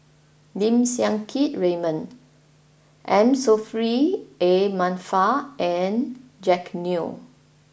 Lim Siang Keat Raymond M Saffri A Manaf and Jack Neo